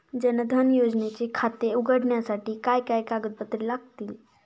जनधन योजनेचे खाते उघडण्यासाठी काय काय कागदपत्रे लागतील?